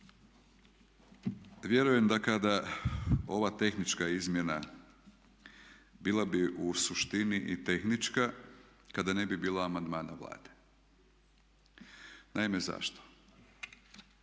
Vjerujem da kada ova tehnička izmjena bila bi u suštini i tehnička kada ne bi bilo amandmana Vlade. Naime, zašto?